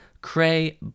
Cray